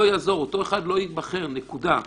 לא יעזור אותו אחד לא ייבחר, נקודה.